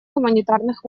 гуманитарных